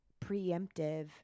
preemptive